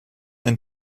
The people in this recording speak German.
ein